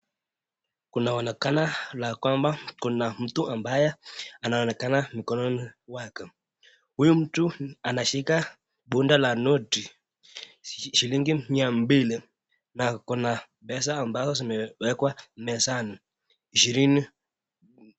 Kunaonekana la kwamba kuna mtu ambaye anaonekana mkononi wake. Huyu mtu anashika bunda la noti shilingi mia mbili na kuna pesa ambazo zimewekwa mezani, ishirini.